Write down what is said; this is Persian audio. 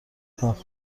کار